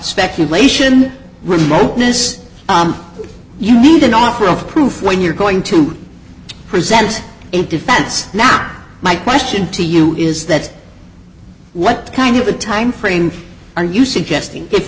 speculation remoteness you need an offer of proof when you're going to present a defense now my question to you is that what kind of a time frame are you suggest